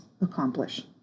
accomplish